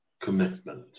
commitment